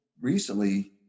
recently